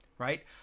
Right